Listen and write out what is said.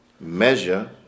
Measure